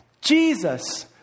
Jesus